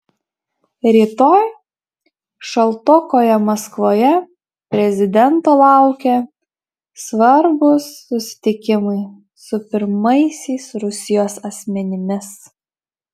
rytoj šaltokoje maskvoje prezidento laukia svarbūs susitikimai su pirmaisiais rusijos asmenimis